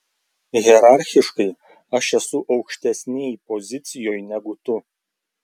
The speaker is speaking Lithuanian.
hierarchiškai aš esu aukštesnėj pozicijoj negu tu